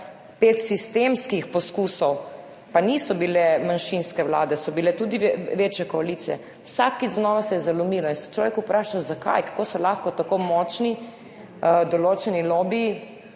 pet sistemskih poskusov, pa niso bile manjšinske vlade, bile so tudi večje koalicije, vsakič znova se je zalomilo. In se človek vpraša, zakaj, kako so lahko tako močni določeni lobiji,